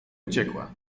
uciekła